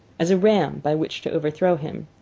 as a ram by which to overthrow him.